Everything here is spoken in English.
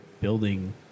building